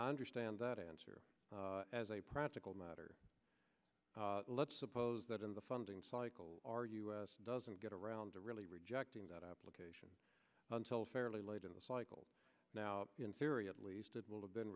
i understand that answer as a practical matter let's suppose that in the funding cycle our us doesn't get around to really rejecting that application until fairly late in the cycle now in theory at least it will have been